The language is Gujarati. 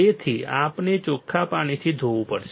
તેથી આપણે ચોખ્ખા પાણીથી ધોવું પડશે